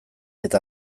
eta